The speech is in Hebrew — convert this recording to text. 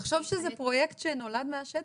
תחשוב שזה פרויקט שנולד מהשטח.